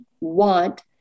want